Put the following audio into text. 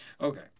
Okay